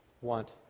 want